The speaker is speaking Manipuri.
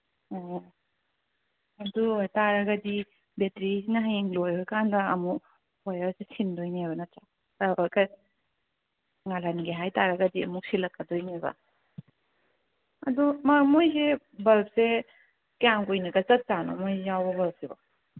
ꯑꯣ ꯑꯗꯨ ꯑꯣꯏꯇꯥꯔꯒꯗꯤ ꯕꯦꯇ꯭ꯔꯤꯁꯤꯅ ꯍꯌꯦꯡ ꯂꯣꯏꯈ꯭ꯔꯀꯥꯟꯗ ꯑꯃꯨꯛ ꯋꯦꯌꯔꯁꯦ ꯁꯤꯟꯗꯣꯏꯅꯦꯕ ꯅꯠꯇ꯭ꯔꯥ ꯉꯥꯜꯍꯟꯒꯦ ꯍꯥꯏꯇꯥꯔꯒꯗꯤ ꯑꯃꯨꯛ ꯁꯤꯜꯂꯛꯀꯗꯣꯏꯅꯦꯕ ꯑꯗꯨ ꯃꯣꯏꯁꯦ ꯕꯜꯞꯁꯦ ꯀ꯭ꯌꯥꯝ ꯀꯨꯏꯅꯒ ꯆꯠꯁꯥꯠꯅꯣ ꯃꯣꯏ ꯌꯥꯎꯕ ꯕꯜꯞꯁꯤꯕꯣ